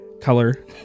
color